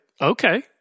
okay